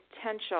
potential